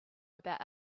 about